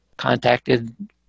Contacted